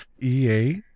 ea